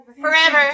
Forever